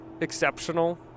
exceptional